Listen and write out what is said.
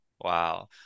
Wow